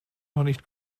nicht